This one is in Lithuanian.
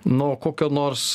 nuo kokio nors